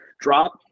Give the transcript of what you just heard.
Drop